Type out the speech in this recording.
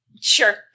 Sure